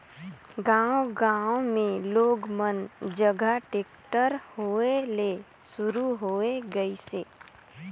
गांव गांव मे लोग मन जघा टेक्टर होय ले सुरू होये गइसे